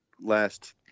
last